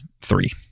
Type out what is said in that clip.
three